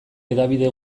hedabide